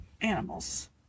animals